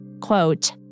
Quote